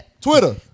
Twitter